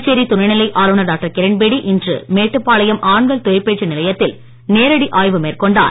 புதுச்சேரி துணை நிலை ஆளுநர் டாக்டர் கிரண்பேடி இன்று மேட்டுப்பாளையம் ஆண்கள் தொழிற்பயிற்சி நிலையத்தில் நேரடி ஆய்வு மேற்கொண்டார்